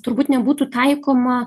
turbūt nebūtų taikoma